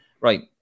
Right